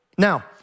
Now